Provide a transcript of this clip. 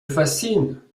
fascine